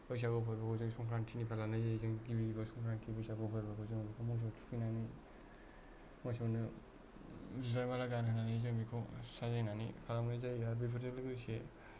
बैसागु फोरबोखौ जों संक्रान्तिनिफ्राय लानाय जायो जों गिबि गिबियाव संक्रान्ति बैसागु फोरबोआव जों मोसौफोरखौ थुखैनानै मोसौनो बिबार माला गानहोनानै जों बेखौ साजायनानै खालामनाय जायो आरो बेफोरजों लोगोसे